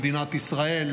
במדינת ישראל,